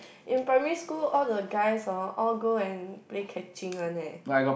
in primary school all the guys hor all go and play catching one eh